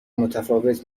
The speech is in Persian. متفاوت